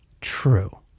true